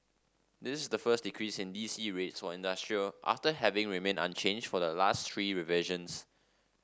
this the first decrease in D C rates for industrial after having remained unchanged for the last three revisions